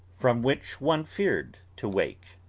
from which one feared to wake.